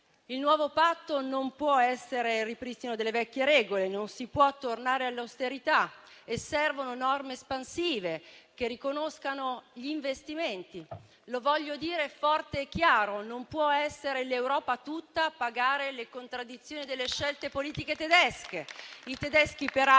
Il nuovo patto non può essere il ripristino delle vecchie regole, non si può tornare all'austerità e servono norme espansive che riconoscano gli investimenti. Lo voglio dire forte e chiaro: non può essere l'Europa tutta a pagare le contraddizioni delle scelte politiche tedesche.